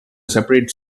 separate